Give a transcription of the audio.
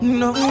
no